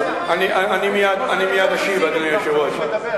אני מייד אשיב, אדוני היושב-ראש.